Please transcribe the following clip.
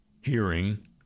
hearing